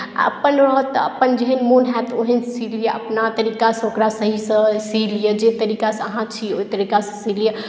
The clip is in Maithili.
आ अपन रहत तऽ अपन जेहन मोन होयत ओहन सी लिअ अपना तरीकासँ ओकरा सहीसँ सी लिअ जे तरीकासँ अहाँ छी ओहि तरीकासँ सी लिअ